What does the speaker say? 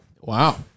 Wow